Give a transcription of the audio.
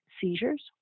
seizures